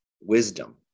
wisdom